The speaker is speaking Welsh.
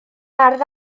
ardd